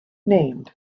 named